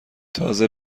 تازه